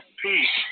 peace